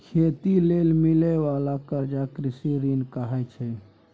खेती लेल मिलइ बाला कर्जा कृषि ऋण कहाइ छै